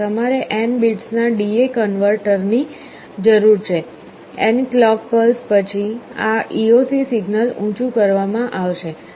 તમારે n બિટ્સના DA કન્વર્ટરની જરૂર છે n ક્લૉક પલ્સ પછી આ EOC સિગ્નલ ઉંચુ કરવામાં આવશે